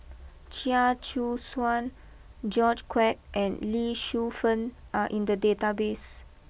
Chia Choo Suan George Quek and Lee Shu Fen are in the database